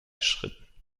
schritten